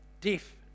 Deaf